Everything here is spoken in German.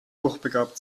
hochbegabt